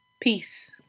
Peace